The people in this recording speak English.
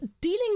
dealing